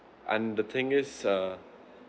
and the thing is err